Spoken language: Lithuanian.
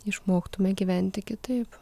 išmoktume gyventi kitaip